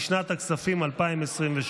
לשנת הכספים 2023,